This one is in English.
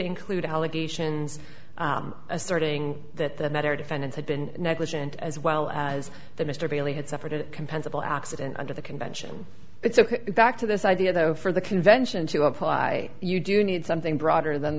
include allegations asserting that the matter defendants had been negligent as well as the mr bailey had suffered a compensable accident under the convention but so back to this idea though for the convention to apply you do need something broader than